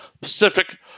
Pacific